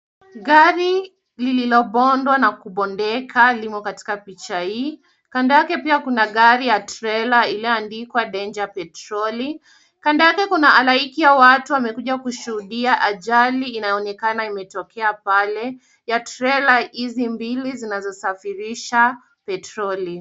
Gari lililo bondwa na kubondeka limo katika picha hii. Kando yake pia kuna gari ya trela iliyo andikwa danger petroli. Kando yake kuna haraiki ya watu wamekuja kushuhudia ajali inayoonekana imetokea pale, ya trela hizi mbili zinazo safirirsha petroli.